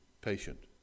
patient